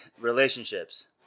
relationships